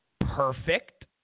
perfect